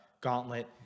gauntlet